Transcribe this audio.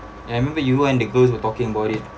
ya I remember you and the girls were talking about it